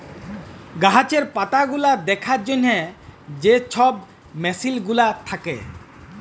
গাহাচের পাতাগুলা দ্যাখার জ্যনহে যে ছব মেসিল গুলা থ্যাকে